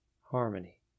harmony